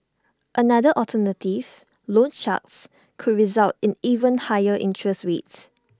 another alternative loan sharks could result in even higher interest rates